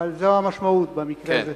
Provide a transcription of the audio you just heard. אבל זו המשמעות במקרה הזה.